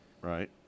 Right